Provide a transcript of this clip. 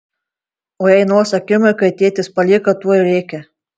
o jei nors akimirkai tėtis palieka tuoj rėkia